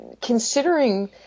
considering